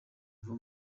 uva